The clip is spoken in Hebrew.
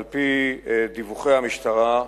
על-פי דיווחי המשטרה,